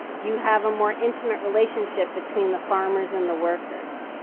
you have a more intimate relationship between the farmers and the workers.